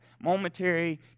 momentary